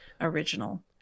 original